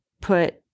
put